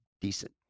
decent